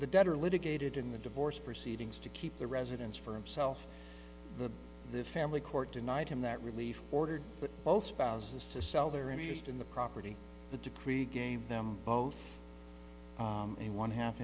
the debtor litigated in the divorce proceedings to keep the residence for himself the the family court denied him that relief ordered but both spouses to sell their interest in the property the decree gave them both a one half